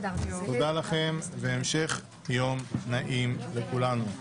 תודה לכם והמשך יום נעים לכולנו.